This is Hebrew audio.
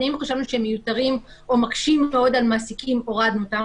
תנאים שחשבנו שהם מיותרים או מקשים מאוד על מעסיקים הורדנו אותם.